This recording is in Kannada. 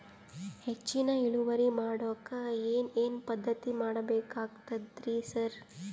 ಹೆಚ್ಚಿನ್ ಇಳುವರಿ ಮಾಡೋಕ್ ಏನ್ ಏನ್ ಪದ್ಧತಿ ಮಾಡಬೇಕಾಗ್ತದ್ರಿ ಸರ್?